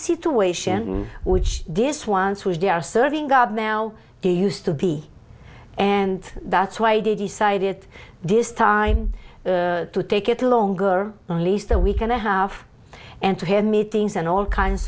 situation which this once was they are serving god now he used to be and that's why they decided this time to take it a longer least a week and a half and to hear meetings and all kinds